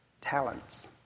talents